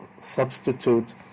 substitute